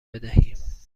بدهیم